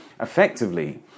Effectively